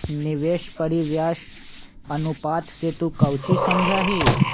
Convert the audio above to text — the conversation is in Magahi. निवेश परिव्यास अनुपात से तू कौची समझा हीं?